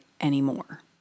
anymore